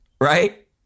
right